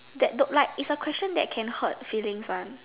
that do like it's a question that can hurt feelings one